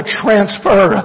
transfer